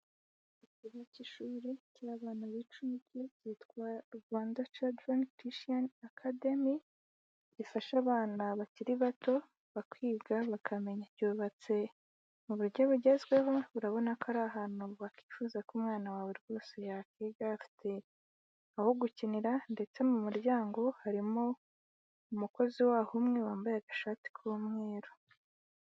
Iki cy'ishuri cy'abana b bicagi ryitwa rwanda chardn ttiancademy zifasha abana bakiri bato bakiga bakamenya cyubatse mu buryo bugezweho urabona ko ari ahantu bakifuza ko umwana wawe rwose yakwiga afite aho gukinira ndetse mu muryango harimo umukozi waho umwe wambaye agashati k'umweru.